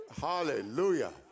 Hallelujah